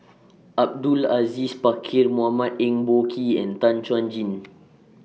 Abdul Aziz Pakkeer Mohamed Eng Boh Kee and Tan Chuan Jin